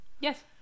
Yes